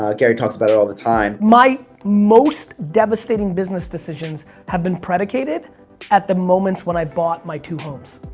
ah gary talks about it all the time. my most devastating business decisions have been predicated at the moments when i bought my two homes.